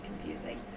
confusing